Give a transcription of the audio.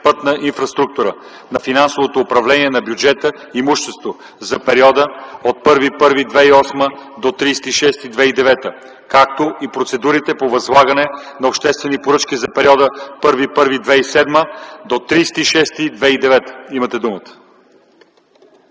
„Пътна инфраструктура” на финансовото управление на бюджета и имуществото за периода от 1.01.2008 г. до 30.06.2009 г., както и процедурите по възлагане на обществени поръчки за периода 1.01.2007 г. до 30.06.2009 г. Имате думата.